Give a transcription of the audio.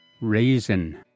Raisin